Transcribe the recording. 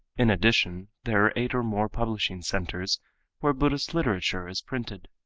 in addition, there are eight or more publishing centers where buddhist literature is printed.